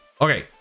Okay